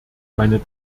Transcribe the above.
meine